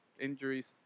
injuries